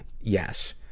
Yes